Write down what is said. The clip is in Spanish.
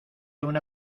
una